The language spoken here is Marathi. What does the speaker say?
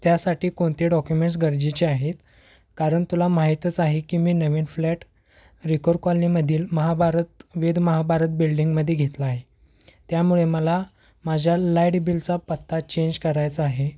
त्यासाठी कोणते डॉक्युमेंट्स गरजेचे आहेत कारण तुला माहीतच आहे की मी नवीन फ्लॅट रिकोर कॉलनीमधील महाभारत वेद महाभारत बिल्डिंगमध्ये घेतला आहे त्यामुळे मला माझ्या लाईट बिलचा पत्ता चेंज करायचा आहे